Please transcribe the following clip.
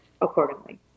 accordingly